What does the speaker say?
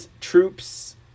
troops